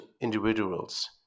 individuals